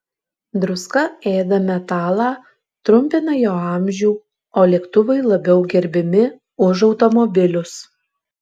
druska ėda metalą trumpina jo amžių o lėktuvai labiau gerbiami už automobilius